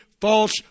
false